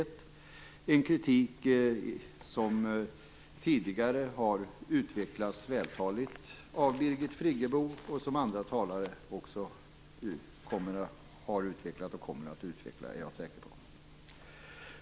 Det är en kritik som tidigare har utvecklats vältaligt av Birgit Friggebo, och som jag är säker på att även andra talare har utvecklat och kommer att utveckla.